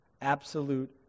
absolute